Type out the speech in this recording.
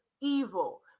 evil